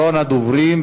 הדוברים.